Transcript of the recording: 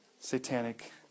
satanic